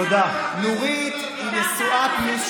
תודה, חבר הכנסת אזולאי.